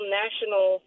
national